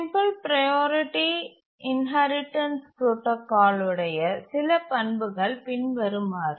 simple priority inheritance protocol உடைய சில பண்புகள் பின்வருமாறு